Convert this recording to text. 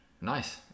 Nice